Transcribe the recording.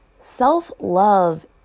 Self-love